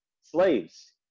Slaves